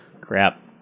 crap